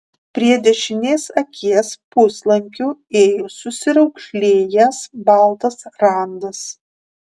prie dešinės akies puslankiu ėjo susiraukšlėjęs baltas randas